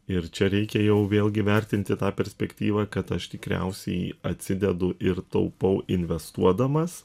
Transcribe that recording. ir čia reikia jau vėlgi vertinti tą perspektyvą kad aš tikriausiai atsidedu ir taupau investuodamas